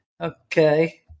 okay